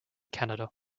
canada